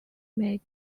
may